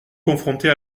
confrontés